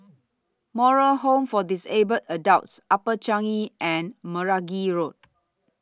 Moral Home For Disabled Adults Upper Changi and Meragi Road